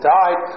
died